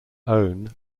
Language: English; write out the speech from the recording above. own